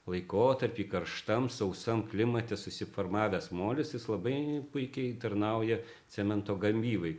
laikotarpy karštam sausam klimate susiformavęs molis jis labai puikiai tarnauja cemento gamybai